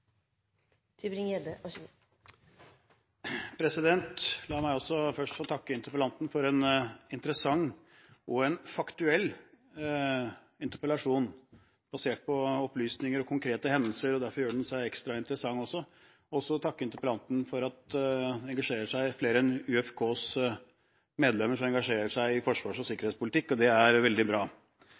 for en interessant og faktuell interpellasjon, basert på opplysninger og konkrete hendelser. Derfor gjør den seg også ekstra interessant. Jeg vil også takke interpellanten for at han engasjerer seg – at det er flere enn utenriks- og forsvarskomiteens medlemmer som engasjerer seg i forsvars- og sikkerhetspolitikk. Det er veldig bra. Det meste er sagt, og jeg antar at det er en veldig